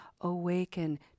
awaken